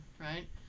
right